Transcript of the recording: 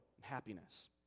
happiness